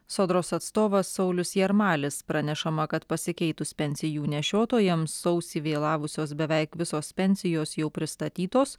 sodros atstovas saulius jarmalis pranešama kad pasikeitus pensijų nešiotojams sausį vėlavusios beveik visos pensijos jau pristatytos